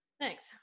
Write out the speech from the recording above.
Thanks